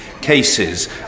cases